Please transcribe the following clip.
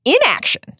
inaction